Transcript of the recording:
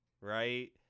right